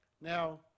Now